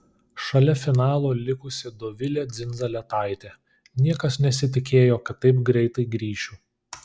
šalia finalo likusi dovilė dzindzaletaitė niekas nesitikėjo kad taip greitai grįšiu